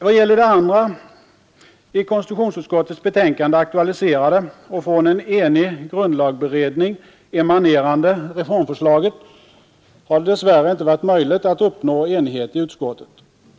Vad gäller det andra i konstitutionsutskottets betänkande aktualiserade och från en enig grundlagberedning emanerande reformförslaget har det dess värre inte varit möjligt att uppnå enighet i utskottet.